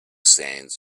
sands